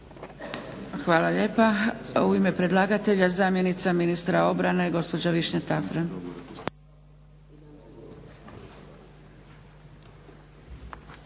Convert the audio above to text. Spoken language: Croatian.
Hvala lijepa. U ime predlagatelja zamjenica ministra obrane gospođa Višnja Tafra.